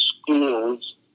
Schools